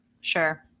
Sure